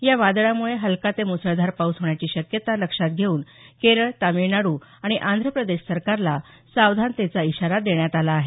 या वादळामुळे हलका ते मुसळधार पाऊस होण्याची शक्यता लक्षात घेऊन केरळ तामिळनाडू आणि आंध्र प्रदेश सरकारला सावधानतेचा इशारा देण्यात आला आहे